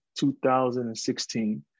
2016